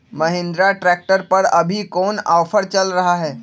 Mahindra tractor पर अभी कोन ऑफर चल रहा है?